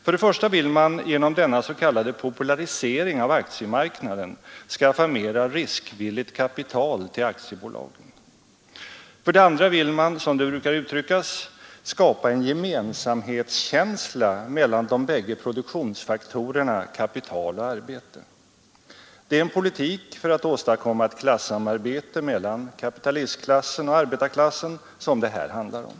För det första vill man genom den s.k. populariseringen av aktiemarknaden skaffa mera risk villigt kapital till aktiebolagen. För det andra vill man, som det brukar Nr 98 uttryckas, ”skapa en gemensamhetskänsla mellan de bägge produktions Torsdagen den faktorerna kapital och arbete”. Det är en politik för att åstadkomma ett 24 maj 1973 klassamarbete mellan kapitalistklassen och arbetarklassen som det här handlar om.